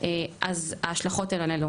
אז ההשלכות הן אלו.